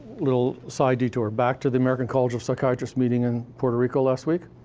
little side detour back to the american college of psychiatrists meeting in puerto rico last week,